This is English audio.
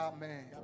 Amen